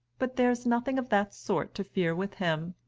but there's nothing of that sort to fear with him.